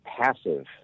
passive